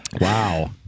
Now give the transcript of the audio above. Wow